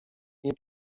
nie